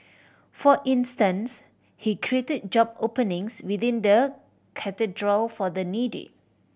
for instance he created job openings within the Cathedral for the needy